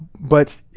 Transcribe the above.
but,